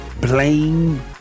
Blame